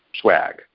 swag